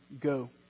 go